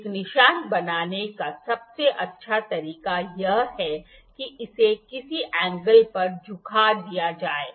एक निशान बनाने का सबसे अच्छा तरीका यह है कि इसे किसी एंगल पर झुका दीया जाए